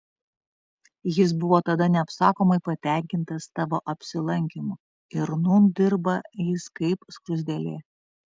jis buvo tada neapsakomai patenkintas tavo apsilankymu ir nūn dirba jis kaip skruzdėlė